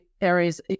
areas